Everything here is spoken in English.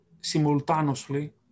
simultaneously